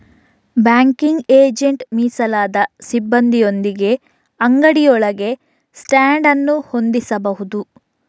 banking agent ಮೀಸಲಾದ ಸಿಬ್ಬಂದಿಯೊಂದಿಗೆ ಅಂಗಡಿಯೊಳಗೆ ಸ್ಟ್ಯಾಂಡ್ ಅನ್ನು ಹೊಂದಿಸಬಹುದು